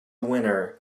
winner